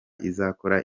izakora